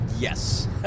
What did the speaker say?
Yes